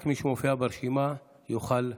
רק מי שמופיע ברשימה, יוכל לדבר.